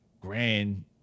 grand